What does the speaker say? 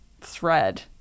thread